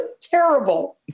terrible